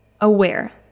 aware